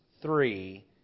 three